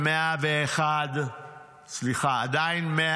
עדיין 100